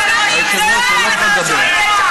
היושב-ראש, אני לא יכול לדבר.